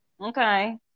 okay